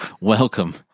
welcome